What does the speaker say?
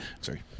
Sorry